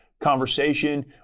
conversation